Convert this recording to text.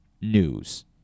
news